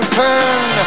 turn